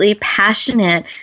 passionate